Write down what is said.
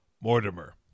mortimer